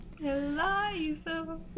Eliza